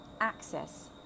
access